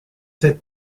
sept